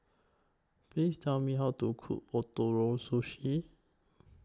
Please Tell Me How to Cook Ootoro Sushi